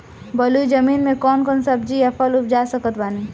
बलुई जमीन मे कौन कौन सब्जी या फल उपजा सकत बानी?